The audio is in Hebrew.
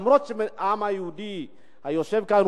למרות שהעם היהודי היושב כאן,